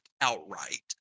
outright